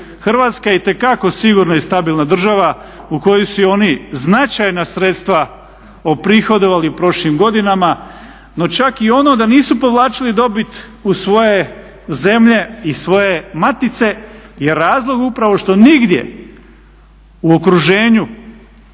Hrvatska je itekako sigurna i stabilna država u kojoj su oni značajna sredstva oprihodovali u prošlim godinama, no čak i ono da nisu povlačili dobit u svoje zemlje i svoje matice je razlog upravo što nigdje u okruženju